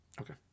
Okay